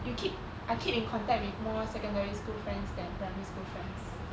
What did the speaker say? you keep I keep in contact with more secondary school friends than primary school friends